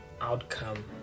outcome